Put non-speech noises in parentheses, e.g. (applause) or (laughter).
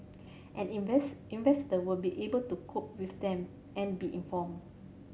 and (unintelligible) investor will be able to cope with them and be informed